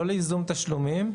לא לייזום תשלומים,